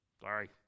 Sorry